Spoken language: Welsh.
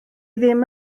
ddim